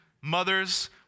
Mothers